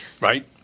Right